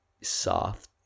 soft